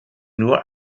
nur